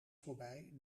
voorbij